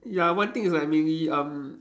ya one thing is like maybe um